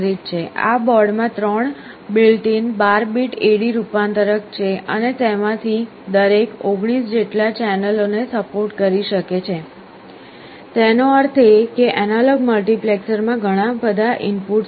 આ બોર્ડમાં 3 built in 12 bit AD રૂપાંતરક છે અને તેમાંથી દરેક 19 જેટલા ચેનલોને સપોર્ટ કરી શકે છે તેનો અર્થ એ કે એનાલોગ મલ્ટિપ્લેક્સરમાં ઘણા બધા ઇનપુટ્સ છે